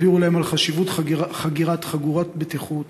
הסבירו להם על חשיבות חגירת חגורת בטיחות